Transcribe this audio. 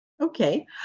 Okay